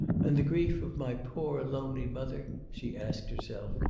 and the grief of my poor, lonely mother she asked herself,